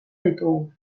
ditugu